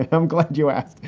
i'm glad you asked.